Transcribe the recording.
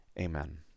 amen